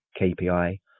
KPI